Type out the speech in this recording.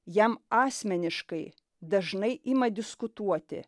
jam asmeniškai dažnai ima diskutuoti